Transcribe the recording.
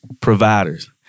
Providers